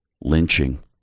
lynching